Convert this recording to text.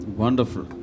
wonderful